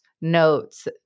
notes